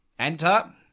Enter